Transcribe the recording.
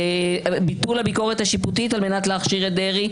ביטול הביקורת השיפוטית על מנת להכשיר את דרעי,